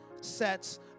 sets